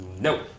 Nope